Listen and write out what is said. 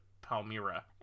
Palmyra